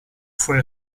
fue